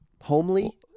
Homely